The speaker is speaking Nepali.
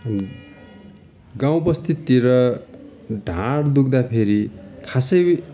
गाउँ बस्तीतिर ढाड दुख्दा फेरि खासै